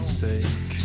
sake